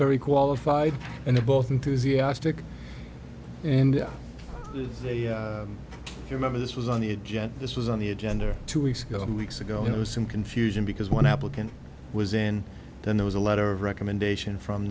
very qualified and they both enthusiastic and remember this was on the agenda this was on the agenda two weeks ago and weeks ago it was some confusion because one applicant was in then there was a letter of recommendation from